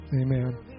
Amen